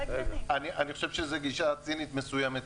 ממש לא, אני חושב שזו גישה שיש בה ציניות מסוימת.